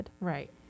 Right